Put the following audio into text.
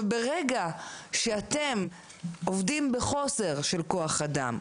ברגע שאתם עובדים בחוסר כוח אדם,